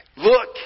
Look